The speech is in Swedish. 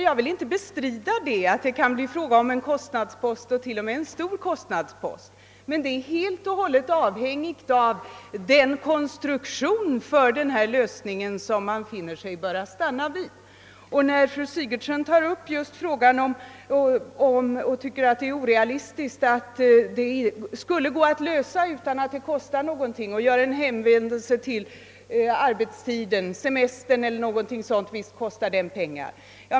Jag vill inte bestrida att det kan bli fråga om en kostnadspost som t.o.m. kan bli stor, men det är helt och hållet beroende på den form av lösning som man anser sig böra stanna för. Fru Sigurdsen tycker att det är orealistiskt att tänka sig att lösa problemet utan kostnad och hänvisar till att arbetstid, semester o. s. v. kostar pengar.